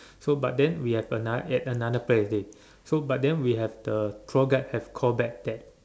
so but then we have another at another place already so but then we have the tour guide have call back that